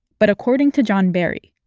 but according to john barry,